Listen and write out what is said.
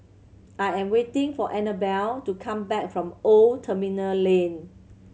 I am waiting for Anabel to come back from Old Terminal Lane